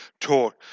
taught